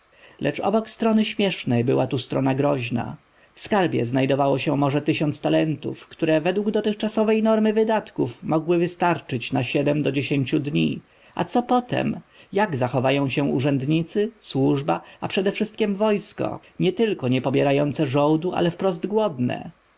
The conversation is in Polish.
lecz obok strony śmiesznej była tu strona groźna w skarbie znajdowało się może tysiąc talentów które według dotychczasowej normy wydatków mogły starczyć na siedem do dziesięciu dni a co potem jak zachowają się urzędnicy służba a przedewszystkiem wojsko nietylko nie pobierające żołdu ale wprost głodne